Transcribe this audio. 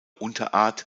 unterart